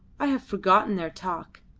i have forgotten their talk.